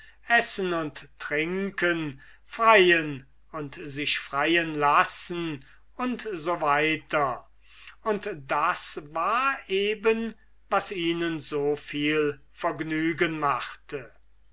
essen und trinken freien und sich freien lassen u s w und das war eben was ihnen so viel vergnügen machte